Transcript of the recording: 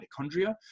mitochondria